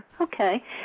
Okay